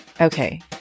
Okay